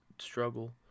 struggle